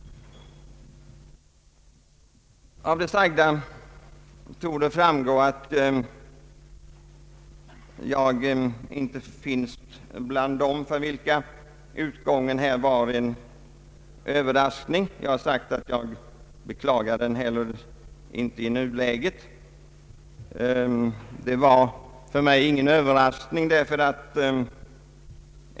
Av det sagda torde framgå att jag inte är en av dem för vilka utgången här var en överraskning. Jag har sagt att jag inte heller beklagar den i nuläget.